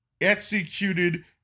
executed